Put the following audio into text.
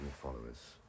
followers